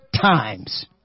times